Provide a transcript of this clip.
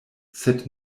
sed